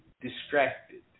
distracted